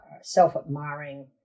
self-admiring